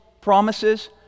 promises